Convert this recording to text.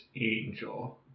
Angel